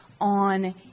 on